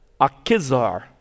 Akizar